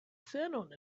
settled